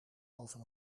over